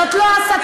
זאת לא הסתה.